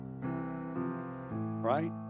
Right